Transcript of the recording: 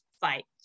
fight